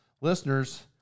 listeners